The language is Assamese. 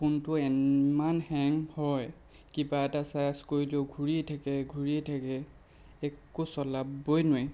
ফোনটো ইমান হেং হয় কিবা এটা ছাৰ্চ কৰিলেও ঘূৰিয়েই থাকে ঘূৰিয়েই থাকে একো চলাবই নোৱাৰি